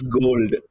gold